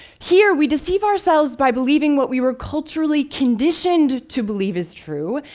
here, we deceive ourselves by believing what we were culturally conditioned to believe is true,